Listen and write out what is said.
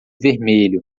vermelho